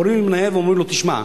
קוראים למנהל ואומרים לו: תשמע,